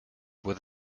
with